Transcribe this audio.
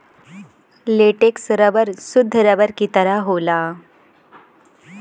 latex rubber सुद्ध rubber के तरह होला